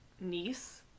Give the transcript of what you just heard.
niece